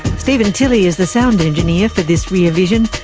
steven tilley is the sound engineer for this rear vision.